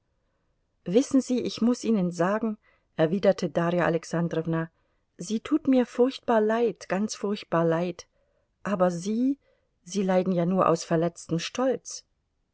wissen sie ich muß ihnen sagen erwiderte darja alexandrowna sie tut mir furchtbar leid ganz furchtbar leid aber sie sie leiden ja nur aus verletztem stolz